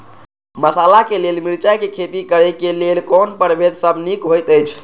मसाला के लेल मिरचाई के खेती करे क लेल कोन परभेद सब निक होयत अछि?